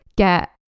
get